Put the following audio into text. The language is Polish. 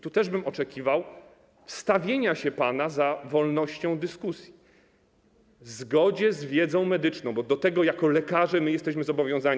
Tu też bym oczekiwał wstawienia się pana za wolnością dyskusji w zgodzie z wiedzą medyczną, bo do tego jako lekarze jesteśmy zobowiązani.